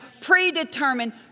predetermined